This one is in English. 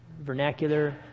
vernacular